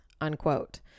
unquote